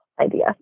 idea